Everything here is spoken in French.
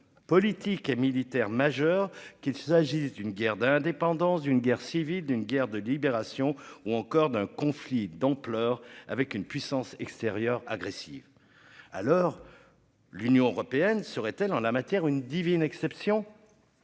politique et militaire majeur qu'il s'agisse d'une guerre d'indépendance d'une guerre civile d'une guerre de libération ou encore d'un conflit d'ampleur avec une puissance extérieure agressive alors. L'Union européenne serait-elle en la matière une divine exception.